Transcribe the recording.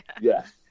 Yes